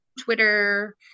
twitter